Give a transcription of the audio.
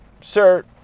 Sir